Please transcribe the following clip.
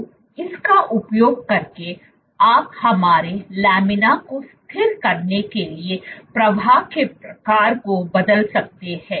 तो इसका उपयोग करके आप हमारे लामिना को स्थिर करने के लिए प्रवाह के प्रकार को बदल सकते हैं